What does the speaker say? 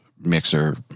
mixer